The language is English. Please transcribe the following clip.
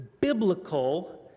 biblical